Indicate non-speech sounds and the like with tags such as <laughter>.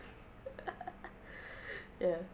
<laughs> ya